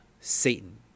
Satan